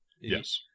Yes